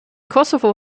kosovo